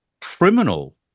criminal